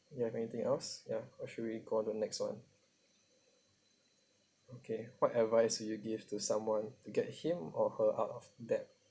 you have anything else ya or should we go to next [one] okay what advice would you give to someone to get him or her out of debt